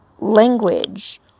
language